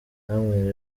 namwe